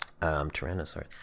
Tyrannosaurus